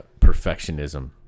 perfectionism